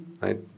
right